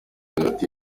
hagati